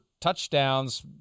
touchdowns